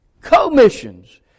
commissions